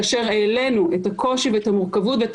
כאשר העלינו את הקושי ואת המורכבות ואת